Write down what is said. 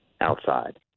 outside